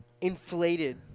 inflated